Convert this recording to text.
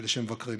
ואלה שמבקרים,